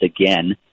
again